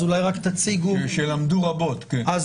אז אולי רק תציגו --- שלמדו רבות, כן.